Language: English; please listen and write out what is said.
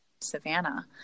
Savannah